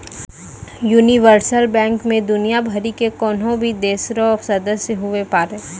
universal bank मे दुनियाँ भरि के कोन्हो भी देश रो सदस्य हुवै पारै